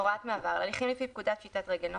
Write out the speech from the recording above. הוראת מעבר על הליכים לפי פקודת פשיטת רגל ,